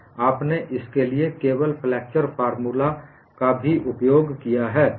आपने इसके लिए केवल फ्लेक्स्चर फॉर्मूला का भी उपयोग किया है